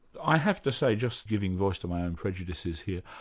i have to say, just giving voice to my own prejudices here,